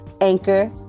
Anchor